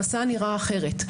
המסע נראה אחרת.